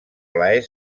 plaer